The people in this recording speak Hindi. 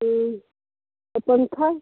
तो पंखा